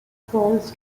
falls